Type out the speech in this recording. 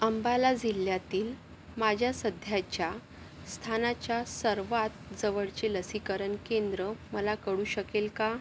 अंबाला जिल्ह्यातील माझ्या सध्याच्या स्थानाच्या सर्वांत जवळचे लसीकरण केंद्र मला कळू शकेल का